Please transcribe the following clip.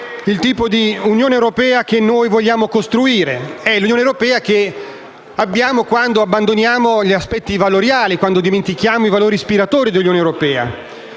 il tipo di Unione europea che vogliamo costruire. È l'Unione europea che abbiamo quando abbandoniamo gli aspetti valoriali e dimentichiamo i valori ispiratori dell'Unione europea.